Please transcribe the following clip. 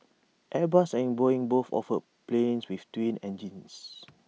airbus and boeing both offer planes with twin engines